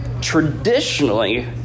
traditionally